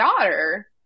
daughter